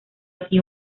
así